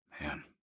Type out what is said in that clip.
Man